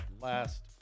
last